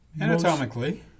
Anatomically